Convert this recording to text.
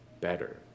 better